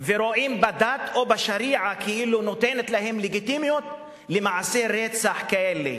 ורואים בדת או בשריעה כאילו היא נותנת להם לגיטימיות למעשי רצח כאלה.